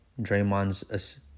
Draymond's